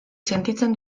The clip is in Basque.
sentitzen